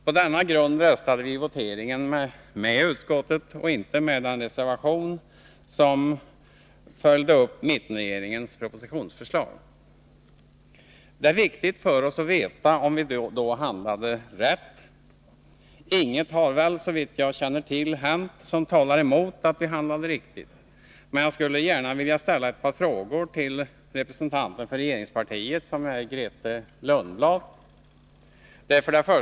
På denna grund röstade vi i voteringen med utskottet och inte med den Det är viktigt för oss att veta att vi då handlade rätt. Inget har väl, såvitt jag Fredagen den känner till, hänt som talar emot att vi handlade riktigt, men jag skulle gärna — 17 december 1982 vilja ställa ett par frågor till representanten för regeringspartiet Grethe Lundblad: 1.